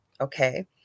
okay